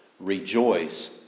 Rejoice